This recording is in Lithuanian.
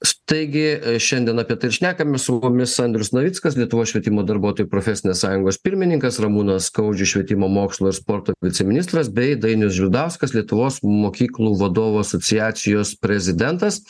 štai gi šiandien apie tai šnekamės su mumis andrius navickas lietuvos švietimo darbuotojų profesinės sąjungos pirmininkas ramūnas skaudžius švietimo mokslo ir sporto viceministras bei dainius žvirdauskas lietuvos mokyklų vadovų asociacijos prezidentas